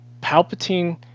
Palpatine